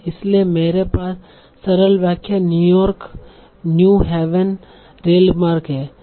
इसलिए मेरे पास सरल वाक्य न्यूयॉर्क न्यू हेवेन रेलमार्ग है